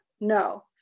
No